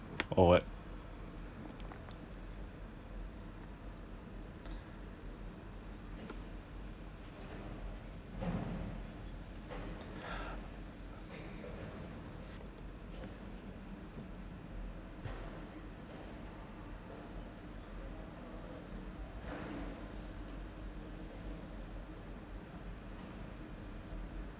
or what